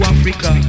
Africa